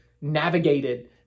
navigated